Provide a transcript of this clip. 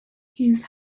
his